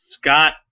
Scott